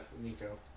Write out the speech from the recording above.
Nico